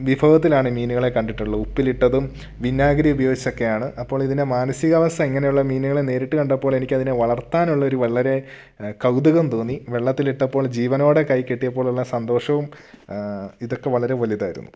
വിഭവത്തിലാണ് മീനുകളെ കണ്ടിട്ടുള്ളത് ഉപ്പിലിട്ടതും വിനാഗിരി ഉപയോഗിച്ച് ഒക്കെയാണ് അപ്പോൾ ഇതിൻ്റെ മാനസികാവസ്ഥ ഇങ്ങനെയുള്ള മീനുകളെ നേരിട്ട് കണ്ടപ്പോളെനിക്കതിനെ വളർത്താനുള്ളൊരു വളരെ കൗതുകം തോന്നി വെള്ളത്തിലിട്ടപ്പോൾ ജീവനോടെ കയ്യിൽ കിട്ടിയപ്പോളുള്ള സന്തോഷവും ഇതൊക്കെ വളരെ വലുതായിരുന്നു